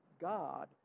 God